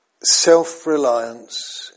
self-reliance